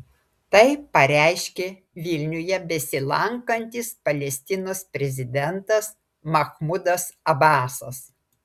tai pareiškė vilniuje besilankantis palestinos prezidentas mahmudas abasas